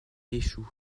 échoue